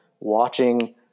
Watching